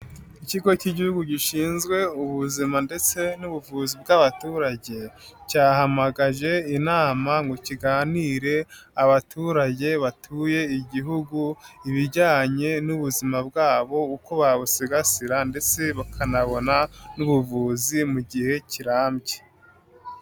Ikigo cy'igihugu gishinzwe ubuzima ndetse n'ubuvuzi bw'abaturage, cyahamagaje inama ngo kiganire, abaturage batuye igihugu, ibijyanye n'ubuzima bwabo, uko babusigasira ndetse bakanabona n'ubuvuzi mu gihe kirambye.